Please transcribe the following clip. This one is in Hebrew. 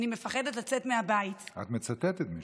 אני מפחדת לצאת מהבית, את מצטטת מישהו.